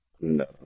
no